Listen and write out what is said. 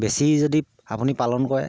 বেছি যদি আপুনি পালন কৰে